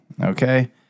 Okay